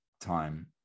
time